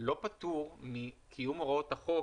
לא פטור מקיום הוראות החוק